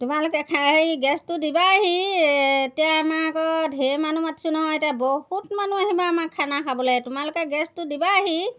তোমালোকে খাই গেছটো দিবাহি এতিয়া আমাৰ আকৌ ধেৰ মানুহ মাতিছোঁ নহয় এতিয়া বহুত মানুহ আহিব আমাৰ খানা খাবলৈ তোমালোকে গেছটো দিবাহি